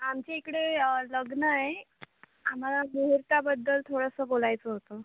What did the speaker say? आमच्या इकडे लग्न आहे आम्हाला मुहूर्ताबद्दल थोडंसं बोलायचं होतं